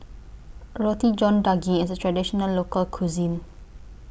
Roti John Daging IS A Traditional Local Cuisine